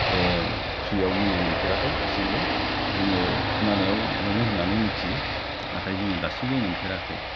फ्रिआव मुलि मोनफेराखै दासिमबो जोङो खोनानायाव मोनो होननानै मिथियो नाथाय जोङो दासिमबो मोनफेराखै